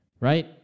Right